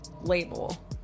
label